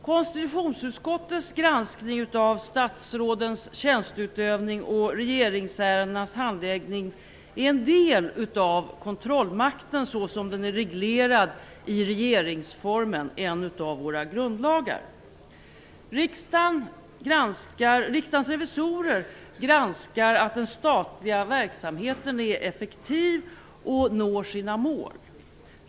Konstitutionsutskottets granskning av statsrådens tjänsteutövning och regeringsärendenas handläggning är en del av kontrollmakten så som den är reglerad i regeringsformen, en av våra grundlagar. Riksdagens revisorer granskar att den statliga verksamheten är effektiv och når sina mål.